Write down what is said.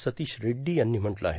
सतीश रेइडी यांनी म्हटलं आहे